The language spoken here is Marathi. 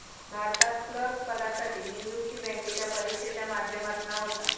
भारतात क्लर्क पदासाठी नियुक्ती बॅन्केच्या परिक्षेच्या माध्यमातना होता